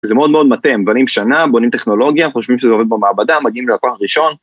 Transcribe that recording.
זה מאוד מאוד מטעה, בונים שנה, בונים טכנולוגיה, חושבים שזה עובד במעבדה, מדהים ללקוח ראשון.